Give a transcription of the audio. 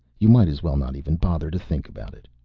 you might as well not even bother to think about it.